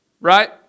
right